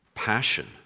Passion